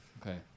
Okay